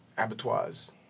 abattoirs